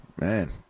man